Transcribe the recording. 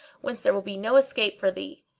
whence there will be no escape for thee.